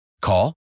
Call